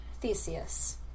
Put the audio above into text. Theseus